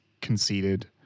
conceded